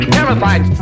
terrified